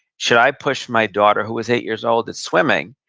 should i push my daughter, who was eight years old, at swimming?